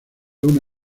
une